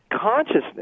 consciousness